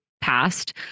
passed